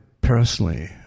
personally